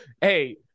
hey